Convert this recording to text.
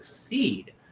succeed